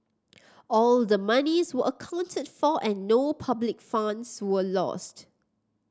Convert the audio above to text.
all the monies were accounted for and no public funds were lost